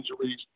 injuries